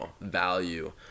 value